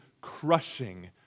crushing